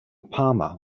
palmer